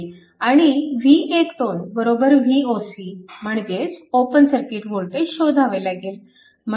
आणि V12 Voc म्हणजेच open circuit voltage शोधावे लागेल